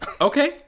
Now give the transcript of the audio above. Okay